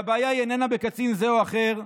והבעיה היא איננה בקצין זה או אחר,